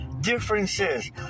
differences